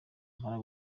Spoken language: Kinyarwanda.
impala